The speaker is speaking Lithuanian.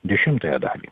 dešimtąją dalį